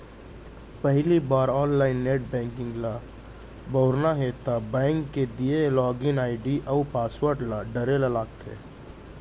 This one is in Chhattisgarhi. पहिली बार ऑनलाइन नेट बेंकिंग ल बउरना हे त बेंक के दिये लॉगिन आईडी अउ पासवर्ड ल डारे ल परथे